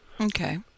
Okay